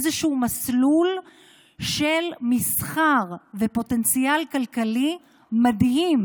איזשהו מסלול של מסחר ופוטנציאל כלכלי מדהים